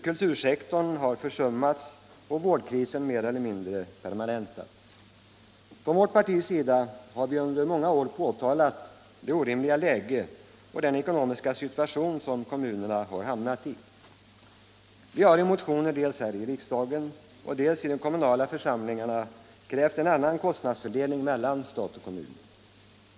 Kultursektorn har försummats och vårdkrisen mer eller mindre permanentats. Från vårt partis sida har vi under många år påtalat detta orimliga läge och den ekonomiska situation som kommunerna har hamnat i. Vi har i motioner, dels här i riksdagen, dels i de kommunala församlingarna, krävt en annan kostnadsfördelning mellan stat och kommun.